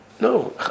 No